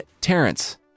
Terrence